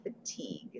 fatigue